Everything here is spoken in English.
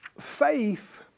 Faith